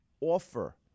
offer